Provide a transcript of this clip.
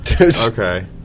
Okay